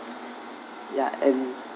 ya and